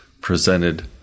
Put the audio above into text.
presented